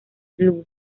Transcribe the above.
blues